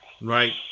Right